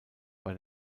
bei